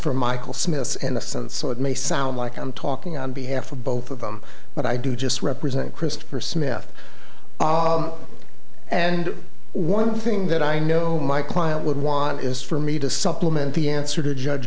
for michael smith's and the son so it may sound like i'm talking on behalf of both of them but i do just represent christopher smith and one thing that i know my client would want is for me to supplement the answer to judge